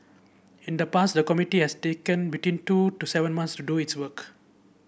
in the past the committee has taken between two to seven months to do its work